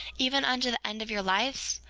even unto the end of your lives,